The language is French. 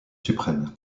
suprême